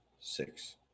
six